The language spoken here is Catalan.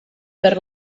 per